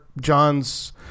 John's